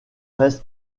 reste